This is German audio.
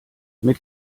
mit